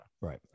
Right